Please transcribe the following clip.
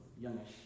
youngish